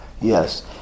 Yes